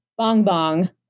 Bongbong